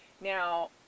Now